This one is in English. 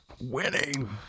Winning